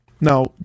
Now